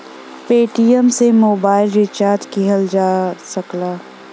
Paytm से mobile recharge किहल जा सकला